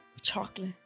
Chocolate